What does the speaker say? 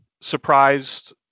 surprised